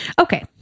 Okay